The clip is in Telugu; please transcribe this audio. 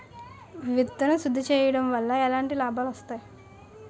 విత్తన శుద్ధి చేయడం వల్ల ఎలాంటి లాభాలు వస్తాయి?